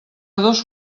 dos